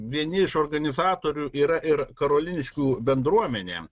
vieni iš organizatorių yra ir karoliniškių bendruomenė